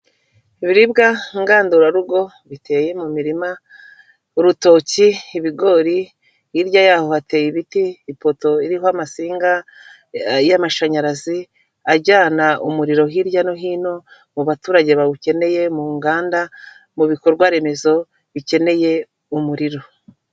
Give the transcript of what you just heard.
Ibiribwa ngandurarugo biteye mu mirima, urutoki, ibigori, hirya yaho hateye ibiti, ipoto iriho amansinga y'amashanyarazi ajyana umuriro hirya no hino mu baturage bawukeneye, mu nganda, mu bikorwa remezo bikeneye umuriro.